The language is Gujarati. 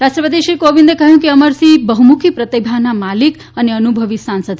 રાષ્ટ્રનપતિ શ્રી કોવિંદે કહ્યું કે અમરસિંહ બહ્મુખી પ્રતિભાના માલિક અને અનુભવી સાંસદ હતા